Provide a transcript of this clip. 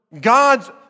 God's